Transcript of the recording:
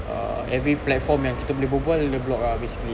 err every platform yang kita boleh berbual dia block ah basically